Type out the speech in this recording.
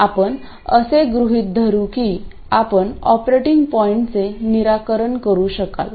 आपण असे गृहित धरू की आपण ऑपरेटिंग पॉईंटचे निराकरण करू शकाल